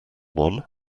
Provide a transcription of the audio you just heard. one